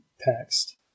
text